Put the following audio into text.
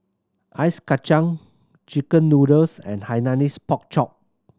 ice kacang chicken noodles and Hainanese Pork Chop